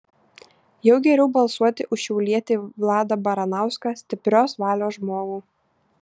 jau geriau balsuoti už šiaulietį vladą baranauską stiprios valios žmogų